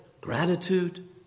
gratitude